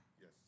Yes